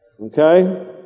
Okay